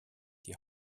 die